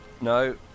No